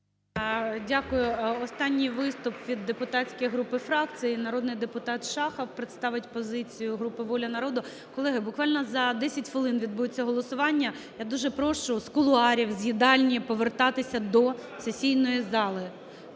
Дякую. Останній виступ від депутатських груп і фракцій. Народний депутатШахов представить позицію групи "Воля народу". Колеги, буквально за 10 хвилин відбудеться голосування. Я дуже прошу з кулуарів, з їдальні повертатися до сесійної зали.